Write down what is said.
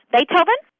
Beethoven